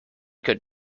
could